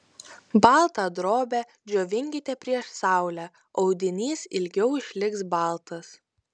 baltą drobę džiovinkite prieš saulę audinys ilgiau išliks baltas